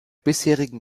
bisherigen